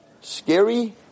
scary